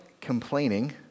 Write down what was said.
complaining